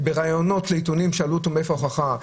שבראיונות, כשהעיתונים שאלו אותו מאיפה ההוכחה?